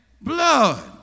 blood